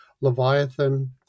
Leviathan